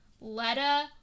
Letta